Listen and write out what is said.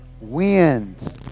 wind